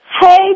Hey